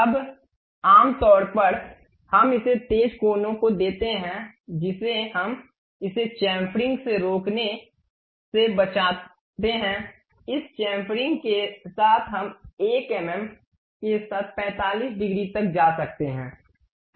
अब आमतौर पर हम इसे तेज कोनों को देते हैं जिसे हम इसे चेम्फेरिंग से रोकने से बचाते हैं इस चेम्फेरिंग के साथ हम 1 एमएम के साथ 45 डिग्री तक जा सकते हैं